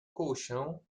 colchão